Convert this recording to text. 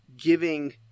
giving